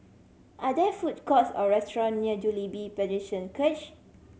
are there food courts or restaurant near Jubilee Presbyterian Church